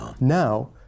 Now